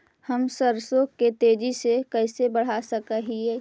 हम सरसों के तेजी से कैसे बढ़ा सक हिय?